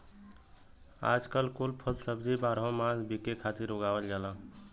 आजकल कुल फल सब्जी बारहो मास बिके खातिर उगावल जाला